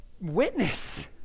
witness